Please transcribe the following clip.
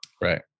Right